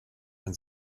man